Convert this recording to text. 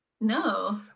No